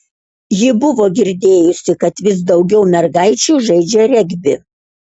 ji buvo girdėjusi kad vis daugiau mergaičių žaidžią regbį